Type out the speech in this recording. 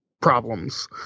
problems